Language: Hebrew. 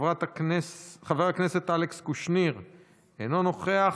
חבר הכנסת אלכס קושניר, אינו נוכח,